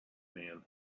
man